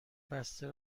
بسته